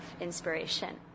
inspiration